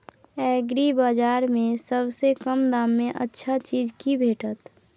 एग्रीबाजार में सबसे कम दाम में अच्छा चीज की भेटत?